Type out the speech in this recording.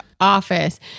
office